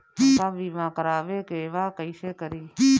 हमका बीमा करावे के बा कईसे करी?